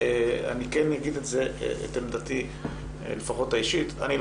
אני כן אגיד את עמדתי לפחות האישית לא